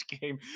game